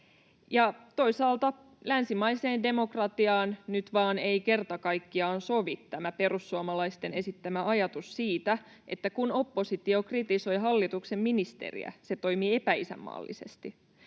Toisaalta länsimaiseen demokratiaan nyt vain ei kerta kaikkiaan sovi tämä perussuomalaisten esittämä ajatus siitä, että kun oppositio kritisoi hallituksen ministeriä, se toimii epäisänmaallisesti.